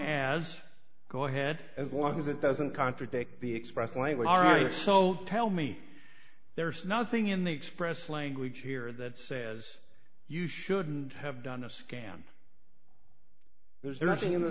as go ahead as long as it doesn't contradict the express language barrier so tell me there's nothing in the express language here that says you shouldn't have done a scam there's nothing